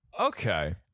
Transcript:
Okay